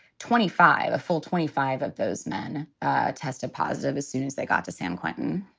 twenty five, a full twenty five of those men tested positive as soon as they got to san quentin.